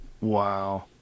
Wow